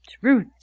Truth